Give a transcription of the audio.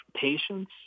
patience